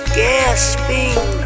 gasping